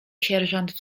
sierżant